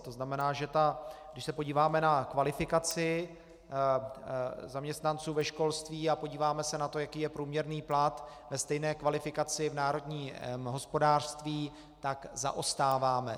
To znamená, když se podíváme na kvalifikaci zaměstnanců ve školství a podíváme se na to, jaký je průměrný plat ve stejné kvalifikaci v národním hospodářství, tak zaostáváme.